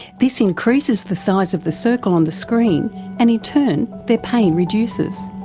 this increases the size of the circle on the screen and in turn their pain reduces.